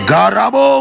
Garabo